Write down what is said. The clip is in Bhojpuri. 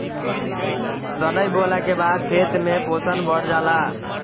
सनइ बोअला के बाद खेत में पोषण बढ़ जाला